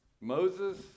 Moses